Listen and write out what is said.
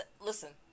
listen